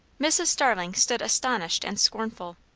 mrs. starling stood astonished and scornful.